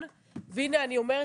מאוד פשוט, כי מי שהיה לו כסף אמר: